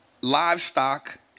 livestock